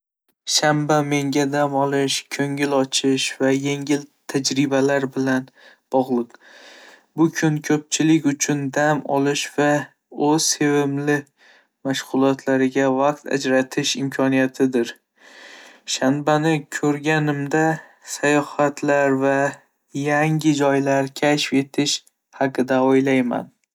Shanba menga dam olish, ko'ngil ochish va yangi tajribalar bilan bog'liq. Bu kun ko'pchilik uchun dam olish va o'z sevimli mashg'ulotlariga vaqt ajratish imkoniyatidir. Shanbani ko'rganimda, sayohatlar va yangi joylarni kashf etish haqida o'ylayman.